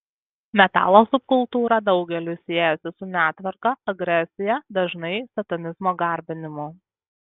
metalo subkultūra daugeliui siejasi su netvarka agresija dažnai satanizmo garbinimu